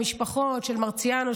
המשפחות של מרציאנו,